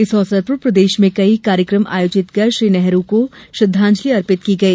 इस अवसर पर प्रदेशभर में कई कार्यक्रम आयोजित कर श्री नेहरू को श्रद्धांजलि दी गई